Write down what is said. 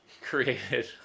created